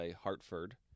Hartford